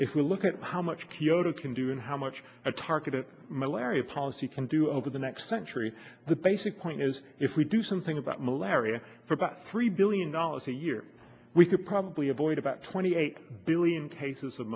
if we look at how much kyoto can do and how much a target my lariat policy can do over the next century the basic point is if we do something about malaria for about three billion dollars a year we could probably avoid about twenty eight billion cases of